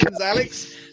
Alex